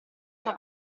sua